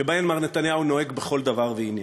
שבהם מר נתניהו נוהג בכל דבר ועניין,